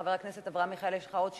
חבר הכנסת אברהם מיכאלי, יש לך עוד שאילתות.